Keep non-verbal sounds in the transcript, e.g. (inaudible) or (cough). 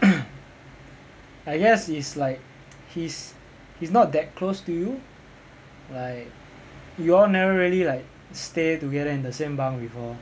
(coughs) I guess he's like he's he's not that close to you like you all never really like stay together in the same bunk before